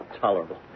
Tolerable